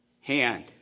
hand